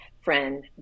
friend